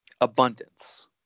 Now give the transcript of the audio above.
abundance